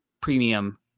premium